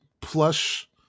plush